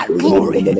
glory